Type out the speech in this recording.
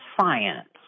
science